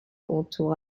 entoure